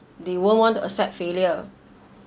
they won't want to accept failure